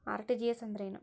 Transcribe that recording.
RTGS ಅಂದ್ರೇನು?